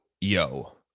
yo